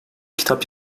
kitap